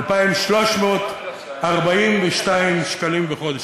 2,342 שקלים בחודש,